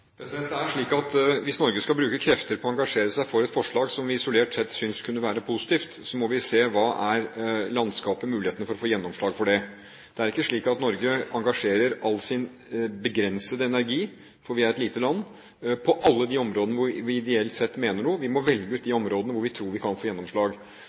Det er slik at hvis Norge skal bruke krefter på å engasjere seg for et forslag som vi isolert sett synes kunne være positivt, må vi se på hva som er landskapet, og mulighetene for å få gjennomslag for det. Det er ikke slik at Norge engasjerer all sin begrensede energi – for vi er et lite land – på alle de områdene hvor vi ideelt sett mener noe. Vi må velge ut de områdene hvor vi tror vi kan få gjennomslag.